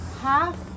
half